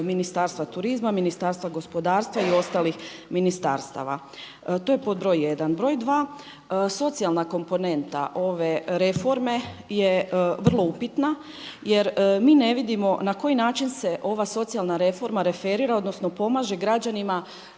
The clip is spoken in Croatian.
Ministarstva turizma, Ministarstva gospodarstva i ostalih ministarstava. To je pod broj jedan. Broj dva, socijalna komponenta ove reforme je vrlo upitna jer mi ne vidimo na koji način se ova socijalna reforma referira odnosno pomaže građanima